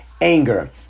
anger